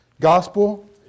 gospel